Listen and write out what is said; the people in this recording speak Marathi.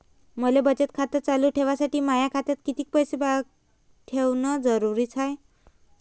मले बचत खातं चालू ठेवासाठी माया खात्यात कितीक पैसे ठेवण जरुरीच हाय?